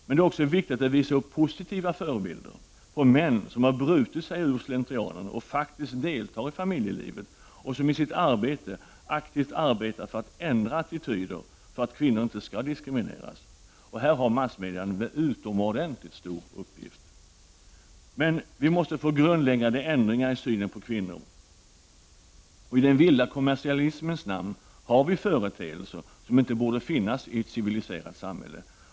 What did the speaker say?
Vidare är det viktigt att visa upp positiva förebilder på män som har brutit sig ur slentrianen, som faktiskt deltar i familjelivet och som i sitt arbete jobbar aktivt med att ändra attityder för att kvinnor inte skall diskrimineras. Här har massmedia en utomordentligt stor och viktig uppgift. Men det måste till grundläggande ändringar i synen på kvinnor. I den vilda kommersialismens namn har vi företeelser som inte borde finnas i ett civiliserat samhälle.